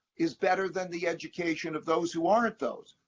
is better than the education of those who aren't those.